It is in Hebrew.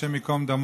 השם ייקום דמו,